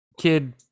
kid